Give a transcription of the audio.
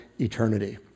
eternity